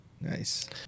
nice